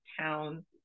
town